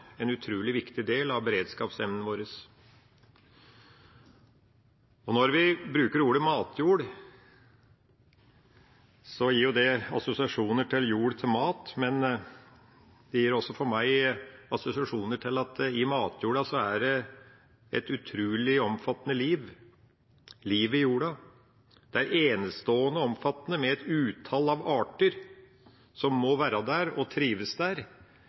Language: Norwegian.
en utrolig viktig del av beredskapsevnen vår. Når vi bruker ordet «matjord», gir det assosiasjoner til jord til mat, men det gir for meg også assosiasjoner til at i matjorda er det et utrolig omfattende liv – livet i jorda. Det er enestående omfattende, med et utall av arter, som må være der og trives der